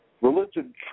religion